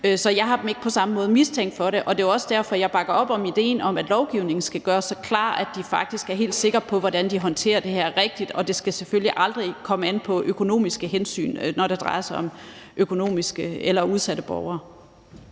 Så jeg har dem ikke på samme måde mistænkt for det, og det er også derfor, jeg bakker op om idéen om, at lovgivningen skal gøres så klar, at de faktisk er helt sikre på, hvordan de håndterer det her rigtigt. Og det skal selvfølgelig aldrig komme an på økonomiske hensyn, når det drejer sig om udsatte borgere.